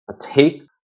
take